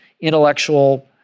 intellectual